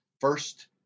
First